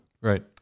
Right